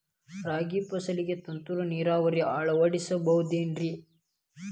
ರಾಗಿ ಫಸಲಿಗೆ ತುಂತುರು ನೇರಾವರಿ ಅಳವಡಿಸಬಹುದೇನ್ರಿ?